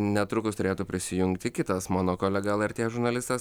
netrukus turėtų prisijungti kitas mano kolega lrt žurnalistas